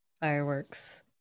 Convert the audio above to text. fireworks